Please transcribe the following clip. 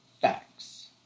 facts